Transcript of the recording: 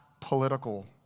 political